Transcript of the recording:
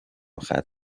ختم